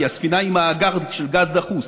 כי הספינה היא מאגר גז דחוס.